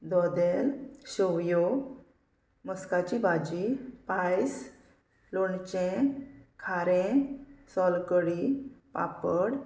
धोदेल शेवयो मस्काची भाजी पायस लोणचें खारें सोलकडी पापड